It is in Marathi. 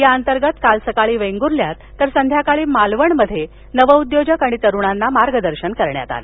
या अंतर्गत काल सकाळी वेंगुर्ल्यात तर संध्याकाळी मालवणमध्ये नवउद्योजक आणि तरुणांना मार्गदर्शन करण्यात आलं